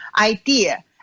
idea